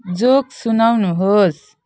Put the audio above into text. joke सुनाउनुहोस्